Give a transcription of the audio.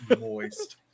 Moist